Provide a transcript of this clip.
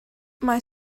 mae